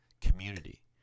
community